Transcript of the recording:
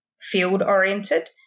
field-oriented